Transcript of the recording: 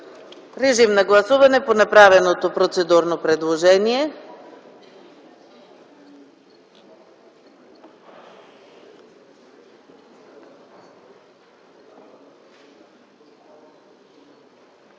на гласуване направеното процедурно предложение